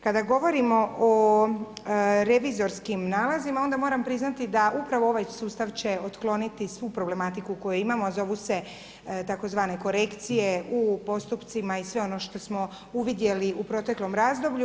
Kada govorimo o revizorskim nalazima, onda moram priznati da upravo ovaj sustav će otkloniti svu problematiku koju imamo a zovu se tzv. korekcije u postupcima i sve ono što smo uvidjeli u proteklom razdoblju.